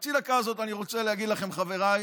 בחצי דקה הזאת אני רוצה להגיד לכם, חבריי,